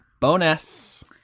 bonus